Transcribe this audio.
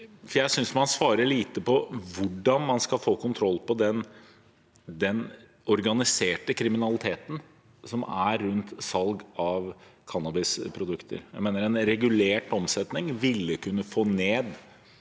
Jeg syns man svarer lite på hvordan man skal få kontroll på den organiserte kriminaliteten som er rundt salg av cannabisprodukter. En regulert omsetning vil definitivt få ned